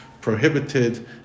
prohibited